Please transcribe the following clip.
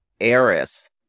Eris